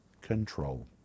control